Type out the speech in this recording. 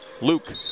Luke